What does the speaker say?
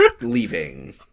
leaving